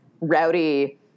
rowdy